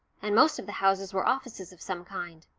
and most of the houses were offices of some kind.